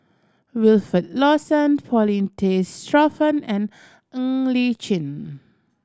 Wilfed Lawson Paulin Tay Straughan and Ng Li Chin